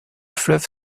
fleuve